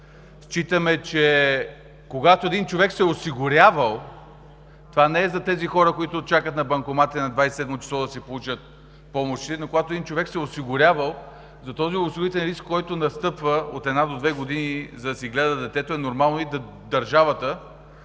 Считаме, че когато един човек се е осигурявал – това не е за хората, които чакат на банкомати на 27-мо число да си получат помощи, но когато един човек се е осигурявал за този осигурителен риск, който настъпва от една до две години, за да си гледа детето, е нормално държавата